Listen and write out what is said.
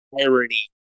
irony